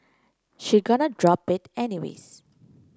she gonna drop it anyways